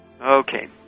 Okay